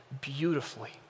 beautifully